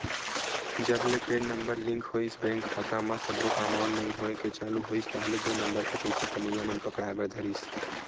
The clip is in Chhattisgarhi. जब ले पेन नंबर लिंक होइस बेंक खाता म सब्बो काम ऑनलाइन होय के चालू होइस ताहले दू नंबर के पइसा कमइया मन पकड़ाय बर धरिस